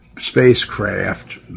spacecraft